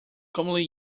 commonly